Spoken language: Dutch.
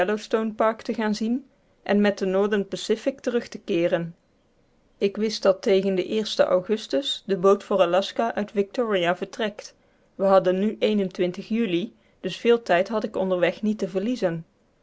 yellowstone park te gaan zien en met de northern pacific terug te keeren ik wist dat tegen den eersten augustus de boot voor aljaska uit victoria vertrekt we hadden nu juli dus veel tijd had ik onderweg niet te verliezen